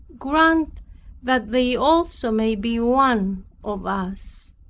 grant that they also may be one of us.